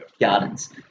Gardens